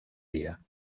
dia